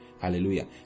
Hallelujah